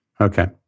Okay